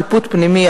שיפוט פנימי,